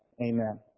Amen